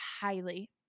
highly